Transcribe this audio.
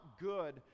good